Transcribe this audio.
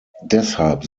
deshalb